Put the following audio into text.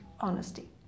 honesty